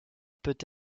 peut